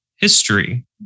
History